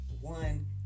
one